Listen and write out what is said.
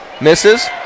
Misses